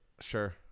Sure